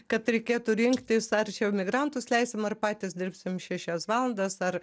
kad reikėtų rinktis ar čia jau migrantus leisim ar patys dirbsim šešias valandas ar